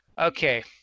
okay